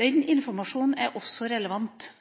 Den informasjonen er også relevant.